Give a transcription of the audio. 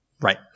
Right